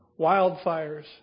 wildfires